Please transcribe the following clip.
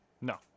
No